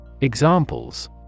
Examples